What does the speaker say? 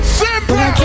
simple